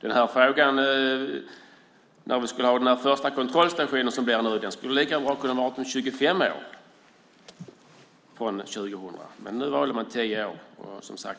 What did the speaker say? Beträffande när vi skulle ha den första kontrollstationen, som blev en övre gräns, kunde tidpunkten lika gärna ha bestämts till 25 år från 2000, men nu valde man tio år.